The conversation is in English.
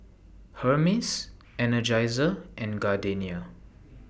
Hermes Energizer and Gardenia